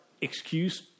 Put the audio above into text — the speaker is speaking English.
excuse